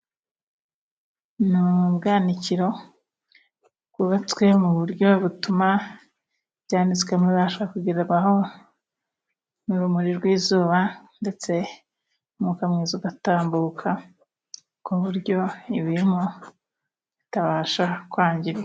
Ni ubwanikiro bwubatswe mu buryo butuma ibyanditswe mo bibasha kugerarwaho n'urumuri rw'izuba ndetse n'umwuka ugatambuka ku buryo ibirimo bitabasha kwangirika.